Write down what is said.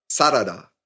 sarada